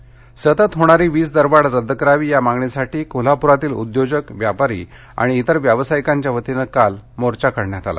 मोर्चा सतत होणारी वीज दरवाढ रद्द करावी या मागणीसाठी कोल्हापुरातील उद्योजक व्यापारी आणि इतर व्यावसायिकांच्या वतीनं काल मोर्चा काढण्यात आला